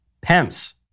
Pence